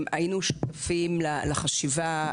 היינו שותפים לחשיבה,